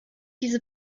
diese